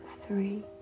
three